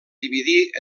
dividir